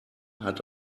hat